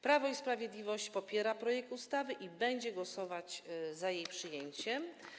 Prawo i Sprawiedliwość popiera projekt ustawy i będzie głosować za jej przyjęciem.